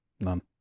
None